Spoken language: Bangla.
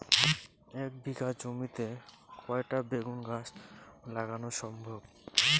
এক বিঘা জমিতে কয়টা বেগুন গাছ লাগানো সম্ভব?